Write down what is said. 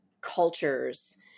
cultures